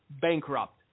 bankrupt